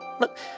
Look